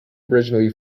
originally